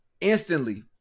instantly